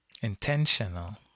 Intentional